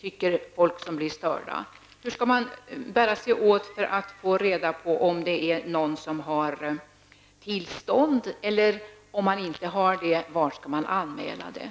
Hur skall dessa människor bära sig åt för att få reda på om det är fråga om någon som har tillstånd, och om det inte är så, var skall de anmäla detta?